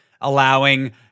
allowing